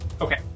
Okay